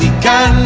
got